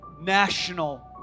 National